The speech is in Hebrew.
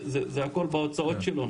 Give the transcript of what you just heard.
זה הכול בהוצאות שלו,